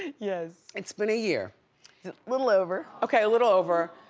yes. it's been a year. a little over. okay, a little over.